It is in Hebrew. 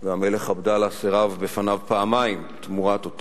והמלך עבדאללה סירב בפניו פעמיים תמורת אותו